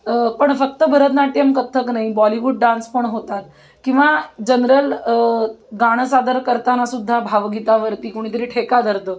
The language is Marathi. तर पण फक्त भरतनाट्यम कथ्थक नाही बॉलीवूड डान्स पण होतात किंवा जनरल गाणं सादर करतानासुद्धा भावगीतावरती कुणीतरी ठेका धरतं